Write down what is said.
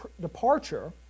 departure